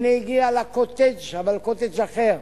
הנה, הגיע לקוטג', אבל קוטג' אחר,